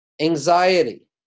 anxiety